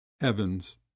heavens